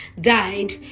died